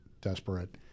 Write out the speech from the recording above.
desperate